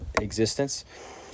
existence